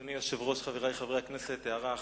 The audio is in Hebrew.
אדוני היושב-ראש, חברי חברי הכנסת, הערה אחת: